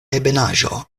ebenaĵo